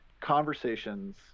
conversations